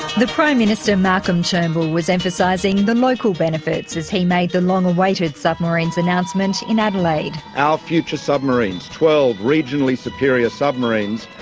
prime minister malcolm turnbull was emphasising the local benefits as he made the long awaited submarines announcement in adelaide. our future submarines, twelve regionally superior submarines,